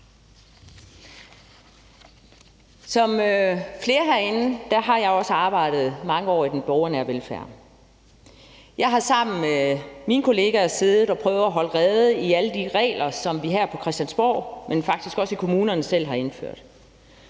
Som flere herinde har jeg også arbejdet mange år i den borgernære velfærd. Jeg har sammen med mine kollegaer siddet og prøvet at holde rede i alle de regler, som vi her på Christiansborg, men faktisk også kommunerne selv, har indført.